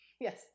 Yes